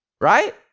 right